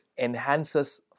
enhances